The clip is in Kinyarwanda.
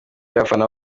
y’abafana